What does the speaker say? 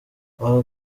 aha